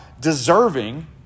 deserving